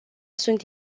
sunt